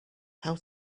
how